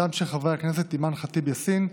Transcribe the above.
חברי הכנסת אימאן ח'טיב יאסין,